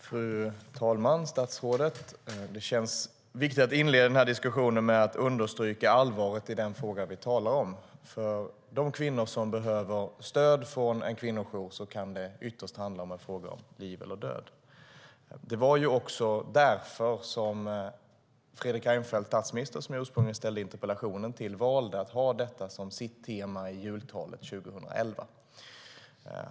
Fru talman! Statsrådet! Det känns viktigt att inleda denna diskussion med att understryka allvaret i den fråga vi talar om. För de kvinnor som behöver stöd från en kvinnojour kan det ytterst handla om en fråga om liv eller död. Det var också därför som statsminister Fredrik Reinfeldt, som jag ursprungligen ställde interpellationen till, valde att ha detta som sitt tema i jultalet 2011.